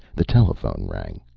the telephone rang.